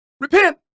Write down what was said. Repent